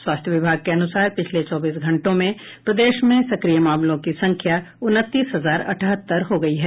स्वास्थ्य विभाग के अनुसार पिछले चौबीस घंटों में प्रदेश में सक्रिय मामलों की संख्या उनतीस हजार अठहत्तर हो गई है